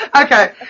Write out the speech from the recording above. Okay